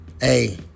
Hey